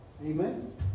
Amen